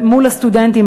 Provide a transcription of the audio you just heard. מול הסטודנטים,